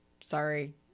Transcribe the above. sorry